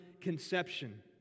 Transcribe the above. conception